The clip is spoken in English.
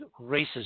racism